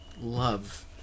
love